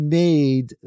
made